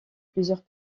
plusieurs